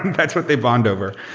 that's what they bond over.